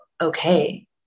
okay